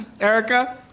Erica